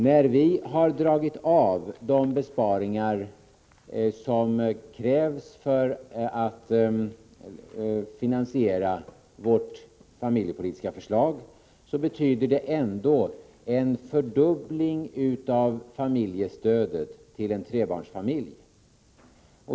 När vi har dragit av de besparingar som krävs för att finansiera vårt familjepolitiska förslag, betyder det ändå en fördubbling av familjestödet till en trebarnsfamilj.